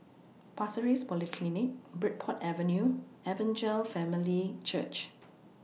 Pasir Ris Polyclinic Bridport Avenue Evangel Family Church